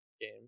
game